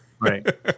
Right